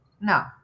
No